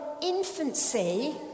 infancy